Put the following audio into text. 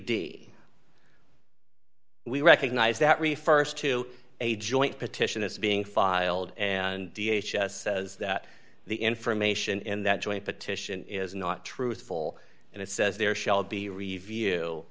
d we recognize that refers to a joint petition as being filed and d h says that the information in that joint petition is not truthful and it says there shall be review